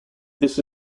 this